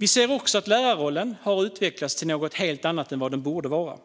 Vi ser också att lärarrollen har utvecklats till något helt annat än den borde vara.